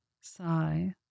sigh